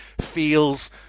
feels